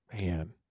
Man